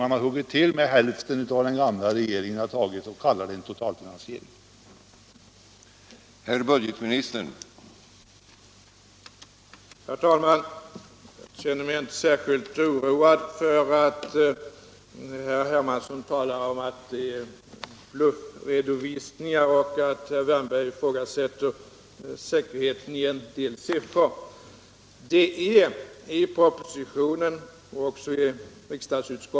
Ni har huggit till med hälften av vad den gamla regeringen hade föreslagit och kallar det ni åstadkommit för en totalfinansiering.